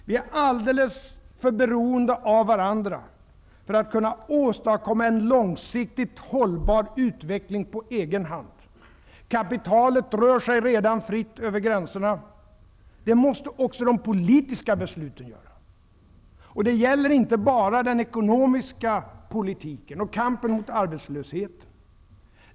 Vi är alldeles för beroende av varandra för att kunna åstadkomma en långsiktigt hållbar utveckling på egen hand. Kapitalet rör sig redan fritt över gränserna, och det måste också de politiska besluten göra. Det gäller inte bara den ekonomiska politiken och kampen mot arbetslösheten.